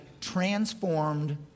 Transformed